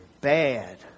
bad